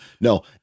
no